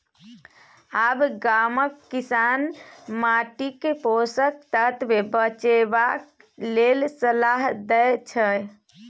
आब गामक किसान माटिक पोषक तत्व बचेबाक लेल सलाह दै छै